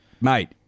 Mate